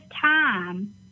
time